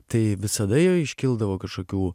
tai visada jo iškildavo kažkokių